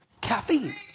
caffeine